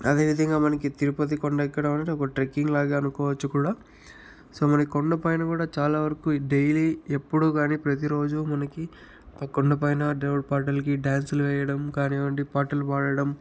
అదేవిధంగా మనకి తిరుపతి కొండ ఎక్కడం ఒక ట్రెక్కింగ్లాగా అనుకోవచ్చు కూడా సో మనకి కొండపైన కూడా చాలా వరకు డైలీ ఎప్పుడూ కాని ప్రతిరోజూ మనకి కొండపైన దేవుడి పాటలకి డ్యాన్సులు వేయడం కానివ్వండి పాటలు పాడడం